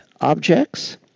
objects